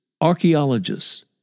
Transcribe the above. archaeologists